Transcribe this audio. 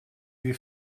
wie